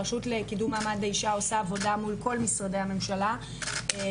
הרשות לקידום מעמד האישה עושה עבודה מול כל משרדי הממשלה לבדוק